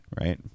right